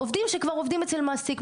עובדים שעובדים כבר אצל מעסיק.